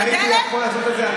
אם הייתי יכול לעשות את זה,